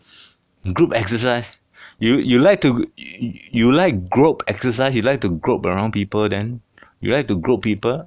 group exercise you you like to you like group exercise he liked to grow around people then you like to group people